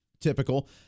Typical